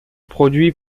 produit